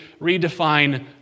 redefine